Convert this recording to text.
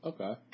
Okay